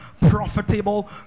profitable